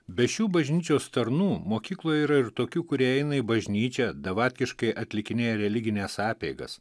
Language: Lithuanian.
be šių bažnyčios tarnų mokykloje yra ir tokių kurie eina į bažnyčią davatkiškai atlikinėja religines apeigas